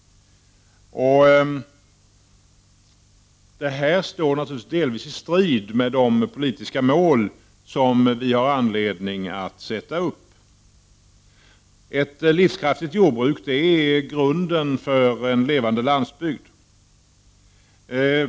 Detta står naturligtvis delvis i strid med de politiska mål som vi har anledning att sätta upp. Ett livskraftigt jordbruk är grunden för en levande landsbygd.